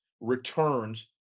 returns